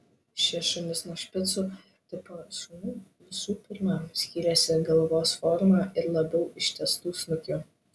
šie šunys nuo špicų tipo šunų visų pirma skyrėsi galvos forma ir labiau ištęstu snukiu